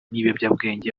n’ibiyobyabwenge